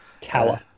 Tower